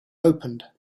opened